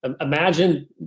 Imagine